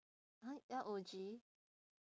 !huh! L O G